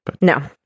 No